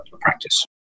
practice